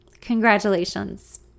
Congratulations